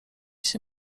się